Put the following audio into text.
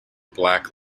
black